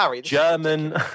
German